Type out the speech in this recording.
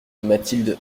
mathilde